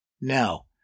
No